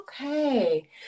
Okay